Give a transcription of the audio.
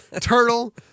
Turtle